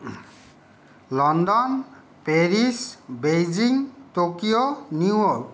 London Paris Beijing Tokyo New York